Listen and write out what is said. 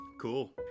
cool